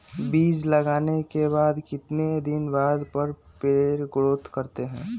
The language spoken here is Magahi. बीज लगाने के बाद कितने दिन बाद पर पेड़ ग्रोथ करते हैं?